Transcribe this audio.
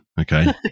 Okay